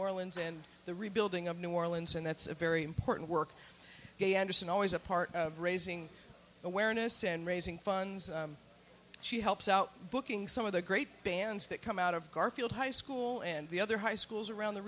orleans and the rebuilding of new orleans and that's a very important work anderson always a part of raising awareness and raising funds she helps out booking some of the great bands that come out of garfield high school and the other high schools around the